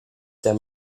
der